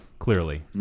Clearly